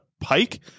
pike